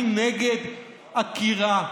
אני נגד עקירה,